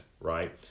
right